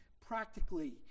practically